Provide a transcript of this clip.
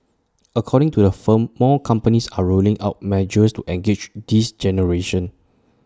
according to the firm more companies are rolling out measures to engage this generation